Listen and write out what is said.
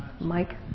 Mike